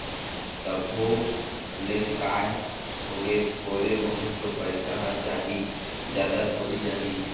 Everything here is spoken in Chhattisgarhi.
तभो ले काय होगे थोरे बहुत तो पइसा ह जाही जादा थोरी जाही